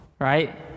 right